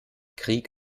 krieg